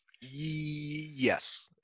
yes